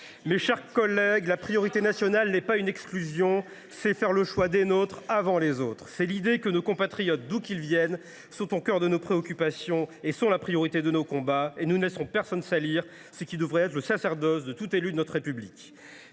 Mes chers collègues, la priorité nationale n’est pas une exclusion : c’est faire le choix des nôtres avant les autres. C’est l’idée que nos compatriotes, d’où qu’ils viennent, sont au cœur de nos préoccupations et sont la priorité de nos combats. Nous ne laisserons personne salir ce qui devrait être le sacerdoce de tout élu de notre République